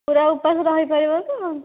ପୁରା ଉପାସ ରହିପାରିବ ତ